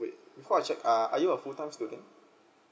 before I check uh are you a full time student